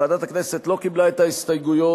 ועדת הכנסת לא קיבלה את ההסתייגויות,